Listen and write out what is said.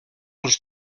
els